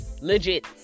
legit